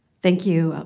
thank you.